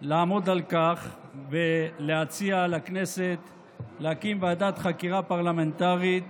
לעמוד על כך ולהציע לכנסת להקים ועדת חקירה פרלמנטרית